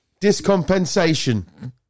Discompensation